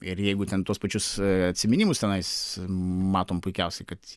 ir jeigu ten tuos pačius atsiminimus tenais matom puikiausiai kad